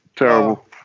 terrible